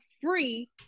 free